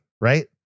Right